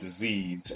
disease